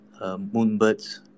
Moonbirds